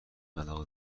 علاقه